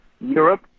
Europe